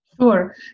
sure